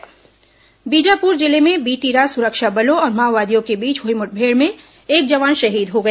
जवान शहीद बीजापुर जिले में बीती रात सुरक्षा बलों और माओवादियों के बीच हुई मुठभेड़ में एक जवान शहीद हो गया